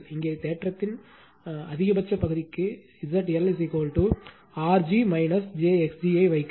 இங்கே தேற்றத்தின் அதிகபட்ச பகுதிக்கு ZLR g j x g ஐ வைக்கவும்